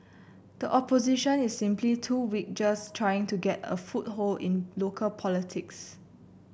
the Opposition is simply too weak just trying to get a foothold in local politics